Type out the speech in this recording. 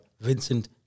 Vincent